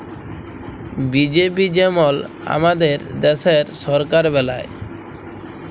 BJP যেমল আমাদের দ্যাশের সরকার বেলায়